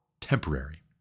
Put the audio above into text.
temporary